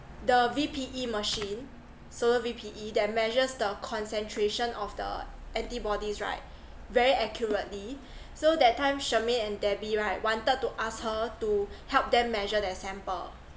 the V_P_E machine solar V_P_E that measures the concentration of the antibodies right very accurately so that time chermaine and debbie right wanted to ask her to help them measure that sample